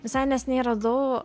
visai neseniai radau